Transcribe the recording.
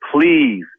Please